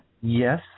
Yes